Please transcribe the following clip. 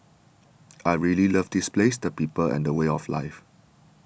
I really love this place the people and the way of life